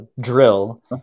drill